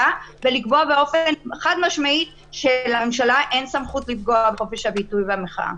ולקבוע באופן חד-משמעי שלממשלה אין סמכות לפגוע בחופש הביטוי והמחאה.